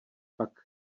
pak